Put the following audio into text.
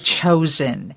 chosen